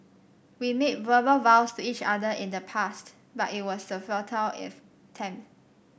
we made verbal vows to each other in the past but it was a futile attempt